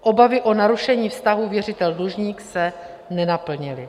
Obavy o narušení vztahu věřiteldlužník se nenaplnily.